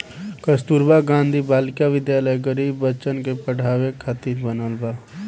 कस्तूरबा गांधी बालिका विद्यालय गरीब बच्चन के पढ़ावे खातिर बनल बा